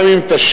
גם אם תשקיע,